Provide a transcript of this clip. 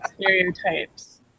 stereotypes